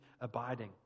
abiding